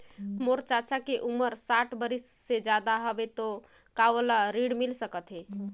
मोर चाचा के उमर साठ बरिस से ज्यादा हवे तो का ओला ऋण मिल सकत हे?